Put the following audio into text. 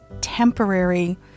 temporary